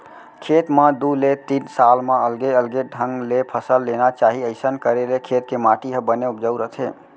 खेत म दू ले तीन साल म अलगे अलगे ढंग ले फसल लेना चाही अइसना करे ले खेत के माटी ह बने उपजाउ रथे